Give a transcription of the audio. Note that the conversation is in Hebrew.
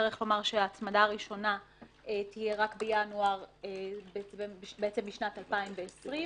שנצטרך לומר שההצמדה הראשונה תהיה רק בינואר בשנת 2020,